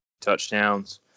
touchdowns